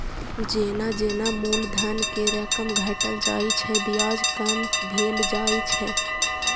जेना जेना मूलधन के रकम घटल जाइ छै, ब्याज कम भेल जाइ छै